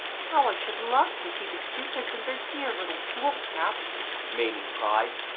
how i should love to see the cupids in their dear little fools caps maimie cried,